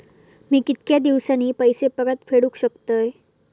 मी कीतक्या दिवसांनी पैसे परत फेडुक शकतय?